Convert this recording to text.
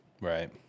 Right